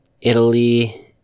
Italy